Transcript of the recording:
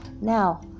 Now